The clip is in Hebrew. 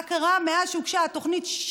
מה קרה מאז הוגשה התוכנית?